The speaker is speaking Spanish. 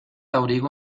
abrigo